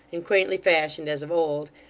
and quaintly fashioned as of old,